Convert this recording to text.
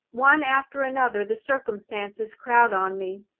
one after another the circumstances crowd on me.